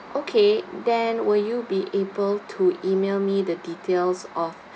okay then will you be able to email me the details of